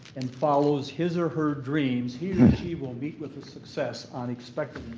and follows his or her dreams, he or she will meet with the success unexpected